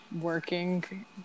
working